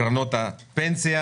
בקרנות הפנסיה,